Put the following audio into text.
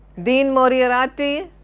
dean moriarty,